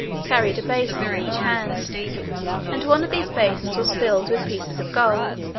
carried a basin in each hand and one of these basins was filled with pieces of gold,